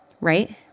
right